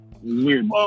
weird